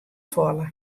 falle